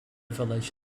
village